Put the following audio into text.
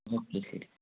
ഒക്കെ ശരി